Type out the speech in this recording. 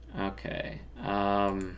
okay